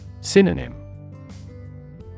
Synonym